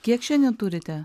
kiek šiandien turite